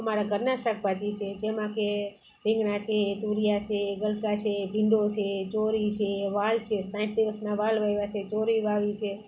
અમારા ઘરના શાકભાજી છે જેમાં કે રીંગણાં છે તૂરિયા છે ગલકા છે ભીંડા છે ચોળી છે વાલ છે સાઠ દિવસના વાલ વાવ્યા છે ચોળી વાવી છે